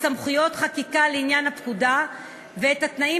בסמכויות חקירה לעניין הפקודה ואת התנאים